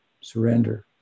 surrender